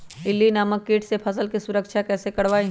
इल्ली नामक किट से फसल के सुरक्षा कैसे करवाईं?